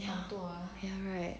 ya ya right